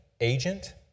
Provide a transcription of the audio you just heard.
agent